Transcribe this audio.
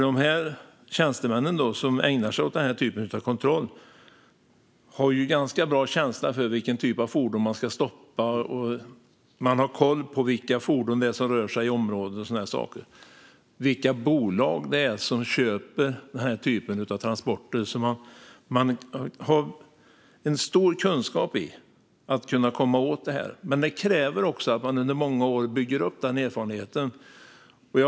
De tjänstemän som ägnar sig åt denna typ av kontroll har ju en ganska bra känsla för vilken typ av fordon de ska stoppa. De har koll på vilka fordon som rör sig i området och på vilka bolag som köper denna typ av transporter. Man har en stor kunskap när det gäller att komma åt detta, men det krävs att man bygger upp den erfarenheten under många år.